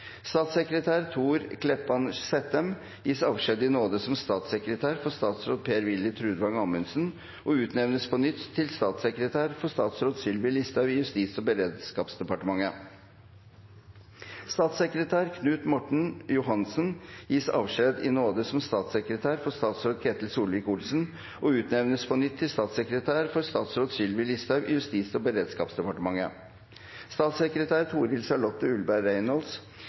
Statssekretær Thor Kleppen Sættem gis avskjed i nåde som statssekretær for statsråd Per-Willy Trudvang Amundsen og utnevnes på nytt til statssekretær for statsråd Sylvi Listhaug i Justis- og beredskapsdepartementet. Statssekretær Knut Morten Johansen gis avskjed i nåde som statssekretær for statsråd Ketil Solvik-Olsen og utnevnes på nytt til statssekretær for statsråd Sylvi Listhaug i Justis- og beredskapsdepartementet. Statssekretær Toril Charlotte Ulleberg Reynolds